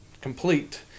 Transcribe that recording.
complete